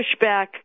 pushback